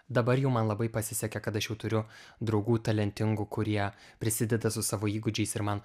dabar jau man labai pasisekė kad aš jau turiu draugų talentingų kurie prisideda su savo įgūdžiais ir man